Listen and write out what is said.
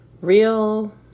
real